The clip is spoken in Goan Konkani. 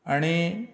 आनी